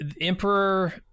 Emperor